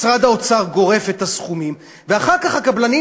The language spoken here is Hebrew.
משרד האוצר גורף את הסכומים ואחר כך הקבלנים